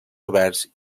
oberts